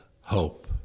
hope